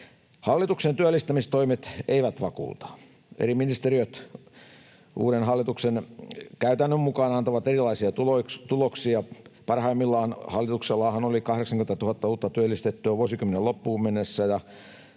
Hallituksen työllistämistoimet eivät vakuuta. Eri ministeriöt uuden hallituksen käytännön mukaan antavat erilaisia tuloksia. Parhaimmillaanhan hallituksella oli 80 000 uutta työllistettyä vuosikymmenen loppuun mennessä.